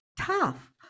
Tough